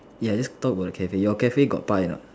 ya let's talk about Cafe your Cafe got pie or not